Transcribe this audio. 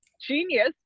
genius